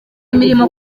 imirimo